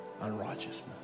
unrighteousness